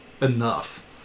enough